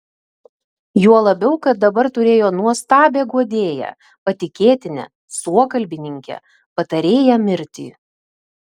juo labiau kad dabar turėjo nuostabią guodėją patikėtinę suokalbininkę patarėją mirtį